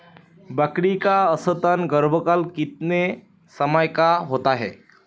बकरी का औसतन गर्भकाल कितने समय का होता है?